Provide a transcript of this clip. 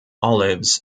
olives